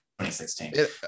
2016